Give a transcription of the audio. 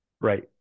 Right